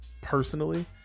personally